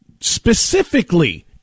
specifically